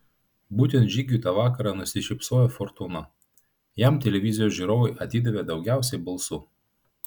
būtent žygiui tą vakarą nusišypsojo fortūna jam televizijos žiūrovai atidavė daugiausiai balsų